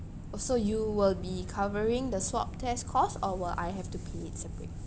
oh so you will be covering the swab test cost or will I have to pay it separate